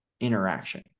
interaction